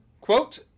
Quote